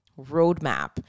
roadmap